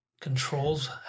controls